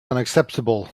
unacceptable